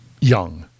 young